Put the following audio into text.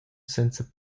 senza